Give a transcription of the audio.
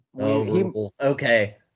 okay